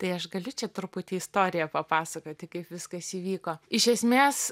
tai aš galiu čia truputį istoriją papasakoti kaip viskas įvyko iš esmės